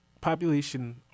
population